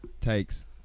takes